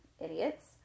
Idiots